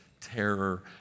terror